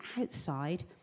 outside